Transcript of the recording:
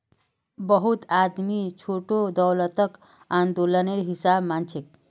बहुत आदमी छोटो दौलतक आंदोलनेर हिसा मानछेक